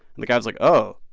and the guy was like, oh,